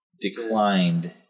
declined